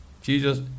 Jesus